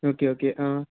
okay okay